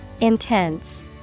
intense